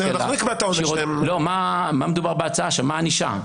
מה העונש?